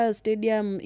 stadium